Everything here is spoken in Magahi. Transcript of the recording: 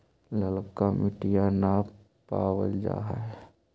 ललका मिटीया न पाबल जा है?